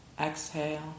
Exhale